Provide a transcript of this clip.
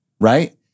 Right